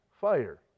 fire